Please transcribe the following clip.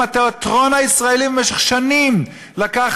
גם התיאטרון הישראלי במשך שנים לקח